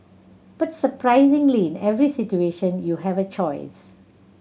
but surprisingly in every situation you have a choice